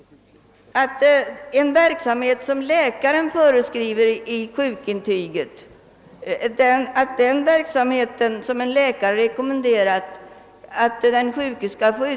Att en verksamhet som läkaren föreskriver i sjukintyg skall få utföras är det ingen diskussion om.